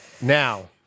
Now